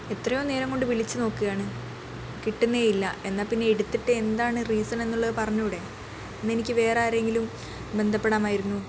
എത്രയോ നേരം കൊണ്ട് വിളിച്ചുനോക്കുകയാണ് കിട്ടുന്നേയില്ല എന്നാൽ പിന്നെ എടുത്തിട്ട് എന്താണ് റീസണെന്നുള്ളത് പറഞ്ഞുകൂടെ എന്നാൽ എനിക്ക് വേറെയാരെയെങ്കിലും ബന്ധപ്പെടാമായിരുന്നു